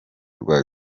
rwa